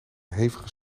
hevige